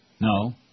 No